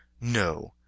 No